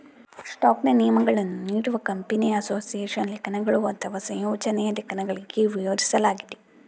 ಸ್ಟಾಕ್ನ ನಿಯಮಗಳನ್ನು ನೀಡುವ ಕಂಪನಿಯ ಅಸೋಸಿಯೇಷನ್ ಲೇಖನಗಳು ಅಥವಾ ಸಂಯೋಜನೆಯ ಲೇಖನಗಳಲ್ಲಿ ವಿವರಿಸಲಾಗಿದೆ